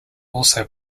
also